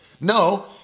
No